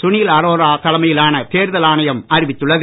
சுனில் அரோரா தலைமையிலான தேர்தல் ஆணையம் அறிவித்துள்ளது